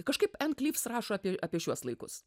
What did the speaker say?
kažkaip ann klyvs rašo apie apie šiuos laikus